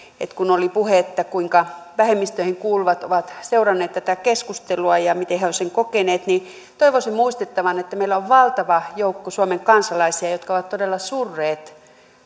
kun oli puhe kuinka vähemmistöihin kuuluvat ovat seuranneet tätä keskustelua ja miten he ovat sen kokeneet että toivoisin muistettavan että meillä on valtava joukko suomen kansalaisia jotka ovat todella surreet